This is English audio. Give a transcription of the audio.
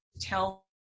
tell